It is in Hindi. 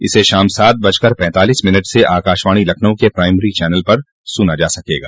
इसे शाम सात बजकर पैंतालीस मिनट से आकाशवाणी लखनऊ के प्राइमरी चैनल पर सुना जा सकेगा